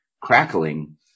crackling